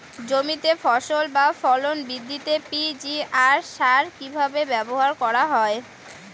জমিতে ফসল বা ফলন বৃদ্ধিতে পি.জি.আর সার কীভাবে ব্যবহার করা হয়?